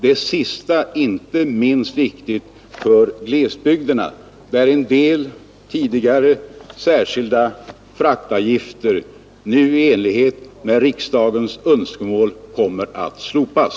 Det sista är inte minst viktigt för glesbygderna, där en del tidigare särskilda fraktavgifter nu i enlighet med riksdagens önskemål kommer att slopas.